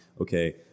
okay